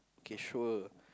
k sure